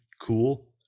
cool